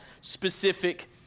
specific